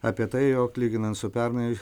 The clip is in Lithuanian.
apie tai jog lyginant su pernai